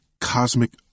cosmic